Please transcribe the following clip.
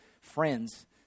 friends